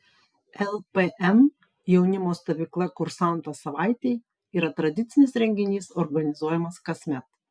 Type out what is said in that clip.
lpm jaunimo stovykla kursantas savaitei yra tradicinis renginys organizuojamas kasmet